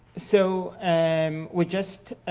so um we just